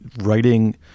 writing